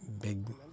big